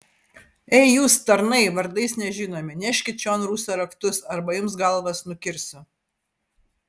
ei jūs tarnai vardais nežinomi neškit čion rūsio raktus arba jums galvas nukirsiu